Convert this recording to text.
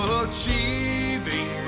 achieving